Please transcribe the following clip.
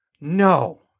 no